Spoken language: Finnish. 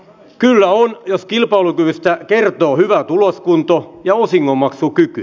kyllä on jos kilpailukyvystä kertoo hyvä tuloskunto ja osingonmaksukyky